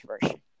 version